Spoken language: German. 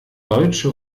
deutsche